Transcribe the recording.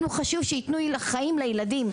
לנו חשוב שיתנו חיים לילדים,